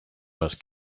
was